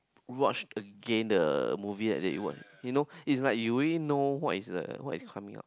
watch again the movie that that you watch you know it's like you already know what is the what is coming out